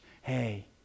hey